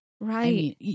Right